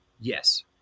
Yes